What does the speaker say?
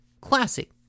classic